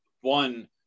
one